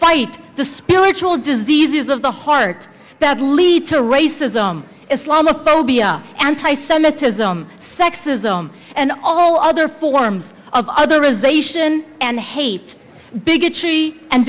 fight the spiritual diseases of the heart that lead to racism islamophobia anti semitism sexism and all other forms of other a zation and hate bigotry and